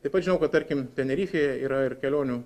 tai pat žinau kad tarkim tenerifėje yra ir kelionių